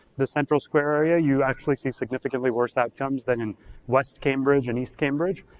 the central square area you actually see significantly worse outcomes than in west cambridge and east cambridge.